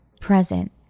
present